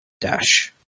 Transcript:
Dash